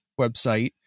website